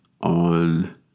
on